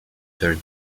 third